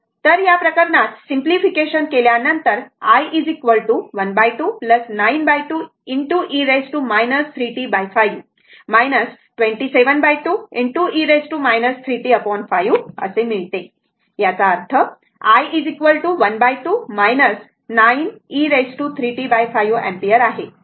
तर या प्रकरणात सिंपलीफिकेशन केल्या नंतर i 12 92 e 3t5 272e 3t5 असे मिळते याचा अर्थ i 12 9 e 3t5 अँपिअर आहे